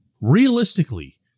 Realistically